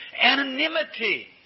Anonymity